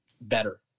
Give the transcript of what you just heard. better